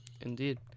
Indeed